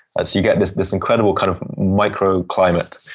as you get this this incredible kind of micro-climate,